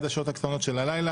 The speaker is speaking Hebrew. עד השעות הקטנות של הלילה.